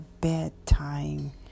bedtime